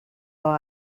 law